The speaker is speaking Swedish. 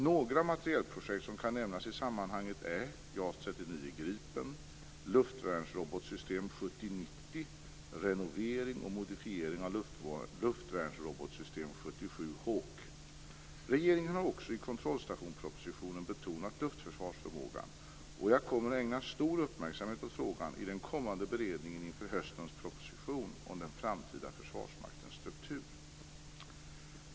Några materielprojekt som kan nämnas i sammanhanget är JAS 39 Gripen, luftvärnsrobotsystem Regeringen har också i kontrollstationspropositionen betonat luftförsvarsförmågan, och jag kommer att ägna stor uppmärksamhet åt frågan i den kommande beredningen inför höstens proposition om den framtida Försvarsmaktens struktur.